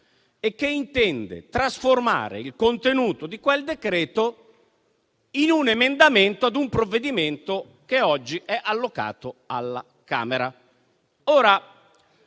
e che intende trasformare il suo contenuto in un emendamento ad un provvedimento che oggi è allocato alla Camera.